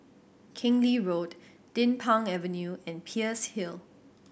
Keng Lee Road Din Pang Avenue and Peirce Hill